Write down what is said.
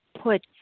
put